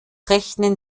rechnen